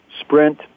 Sprint